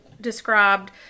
described